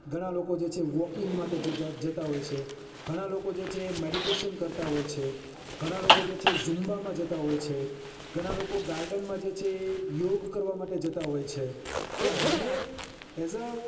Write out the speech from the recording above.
ઘણાં લોકો છે એ વોકિંગ માટે જતાં હોય છે ઘણાં લોકો છે એ મેડિટેસન કરતાં હોય છે ઘણાં લોકો હોય છે એ ઝુમ્બામાં જતાં હોય છે ઘણાં લોકો ગાર્ડનમાં જે છે એ યોગ કરવા માટે જતાં હોય છે તો મને એઝ અ